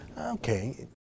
okay